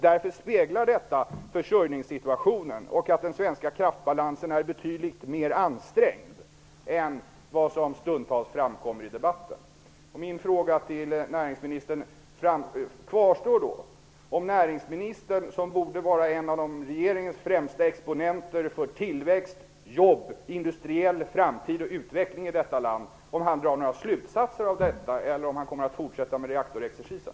Detta speglar försörjningssituationen och visar att den svenska kraftbalansen är betydligt mer ansträngd än vad som stundtals framkommer i debatten. Drar näringsministern, som borde vara en av regeringens främsta exponenter för tillväxt, jobb, industriell framtid och utveckling i vårt land, några slutsatser av detta, eller kommer han att fortsätta med reaktorexercisen?